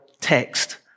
text